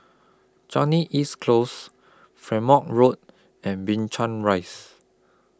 Changi East Close Road and Binchang Rise